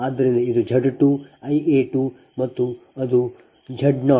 ಆದ್ದರಿಂದ ಇದು Z 2 I a2 ಮತ್ತು ಅದು Z 0